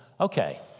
okay